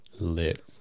Lit